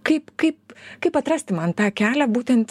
kaip kaip kaip atrasti man tą kelią būtent